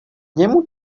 němu